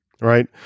Right